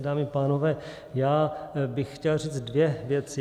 Dámy a pánové, já bych chtěl říct dvě věci.